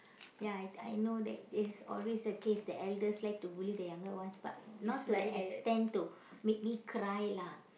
ya I I know that it's always a case that elders like to bully the younger ones but not to the extent to make me cry lah